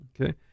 Okay